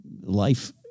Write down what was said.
life